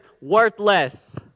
worthless